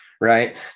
right